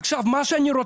עכשיו מה שאני רוצה,